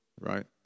Right